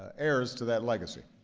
heirs to that legacy,